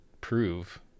prove